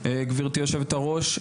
גברתי היושבת-ראש,